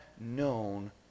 known